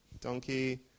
Donkey